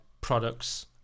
products